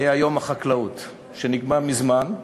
היה יום הח"כלאות, שנקבע מזמן,